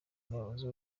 umuyobozi